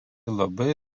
labai